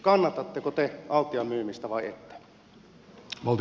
kannatatteko te altian myymistä vai ette